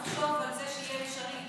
אותך לחשוב על זה שיהיה אפשרי,